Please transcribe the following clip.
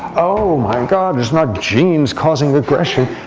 oh my god, it's not genes causing aggression.